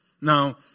Now